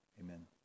Amen